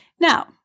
Now